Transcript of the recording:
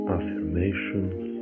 Affirmations